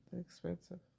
expensive